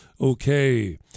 Okay